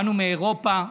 באנו מאירופה,